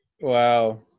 wow